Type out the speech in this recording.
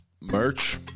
merch